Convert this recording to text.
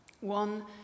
one